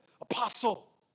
apostle